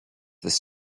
this